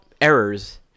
errors